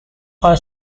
are